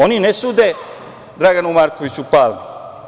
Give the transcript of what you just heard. Oni ne sude Draganu Markoviću Palmi.